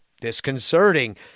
disconcerting